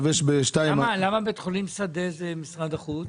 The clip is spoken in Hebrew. למה בית חולים שדה זה משרד החוץ?